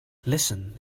listen